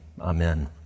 Amen